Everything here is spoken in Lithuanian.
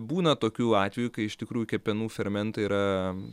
būna tokių atvejų kai iš tikrųjų kepenų fermentai yra